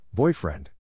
Boyfriend